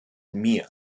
mir